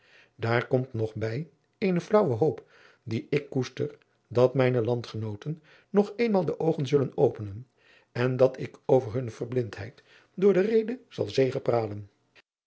daar komt nog bij eene flaauwe hoop die ik koester dat mijne landgenooten nog eenmaal de oogen zullen openen en dat ik over hunne verblindheid door de rede zal